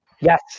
Yes